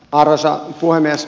arvoisa puhemies